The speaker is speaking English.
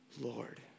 Lord